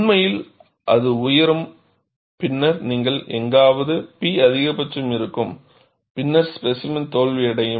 உண்மையில் அது உயரும் பின்னர் நீங்கள் எங்காவது P அதிகபட்சம் இருக்கும் பின்னர் ஸ்பேசிமென் தோல்வியடையும்